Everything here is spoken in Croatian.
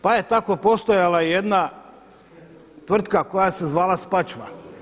Pa je tako postojala i jedna tvrtka koja se zvala Spačva.